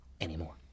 anymore